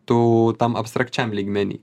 tų tam abstrakčiam lygmeny